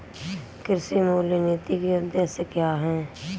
कृषि मूल्य नीति के उद्देश्य क्या है?